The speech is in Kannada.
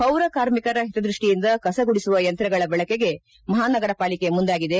ಪೌರ ಕಾರ್ಮಿಕರ ಹಿತದ್ಯಷ್ಟಿಯಿಂದ ಕಸ ಗುಡಿಸುವ ಯಂತ್ರಗಳ ಬಳಕೆಗೆ ಮಹಾನಗರ ಪಾಲಿಕೆ ಮುಂದಾಗಿದೆ